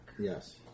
Yes